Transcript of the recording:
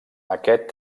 aquest